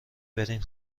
برین